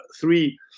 three